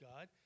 God